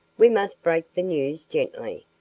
we must break the news gently,